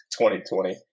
2020